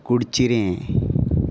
कुडचिरें